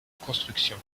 construction